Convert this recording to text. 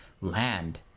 land